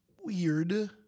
Weird